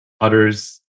Others